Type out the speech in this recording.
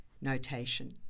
notation